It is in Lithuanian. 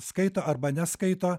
skaito arba neskaito